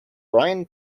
brian